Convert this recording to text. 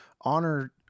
honor